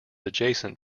adjacent